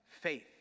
faith